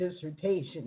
dissertation